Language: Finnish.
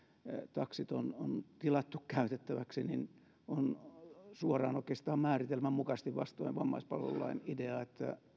taksit on on tilattu käytettäväksi on suoraan oikeastaan määritelmän mukaisesti vastoin sitä vammaispalvelulain ideaa että